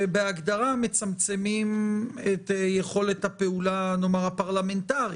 שבהגדרה מצמצמים את יכולת הפעולה הפרלמנטרית,